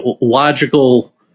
logical